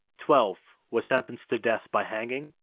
twelve were sentenced to death by hanging,